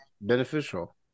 beneficial